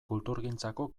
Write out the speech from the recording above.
kulturgintzako